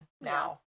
now